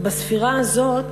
ובספירה הזאת